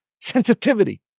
sensitivity